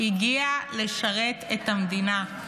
הגיע לשרת את המדינה.